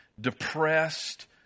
depressed